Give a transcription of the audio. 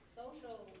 social